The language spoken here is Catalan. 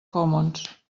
commons